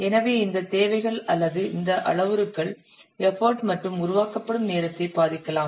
எனவே இந்த தேவைகள் அல்லது இந்த அளவுருக்கள் எஃபர்ட் மற்றும் உருவாக்கப்படும் நேரத்தை பாதிக்கலாம்